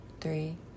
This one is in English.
three